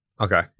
Okay